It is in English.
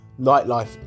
nightlife